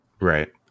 right